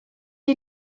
are